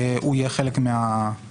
הוא יהיה חלק מהמועצה.